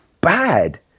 bad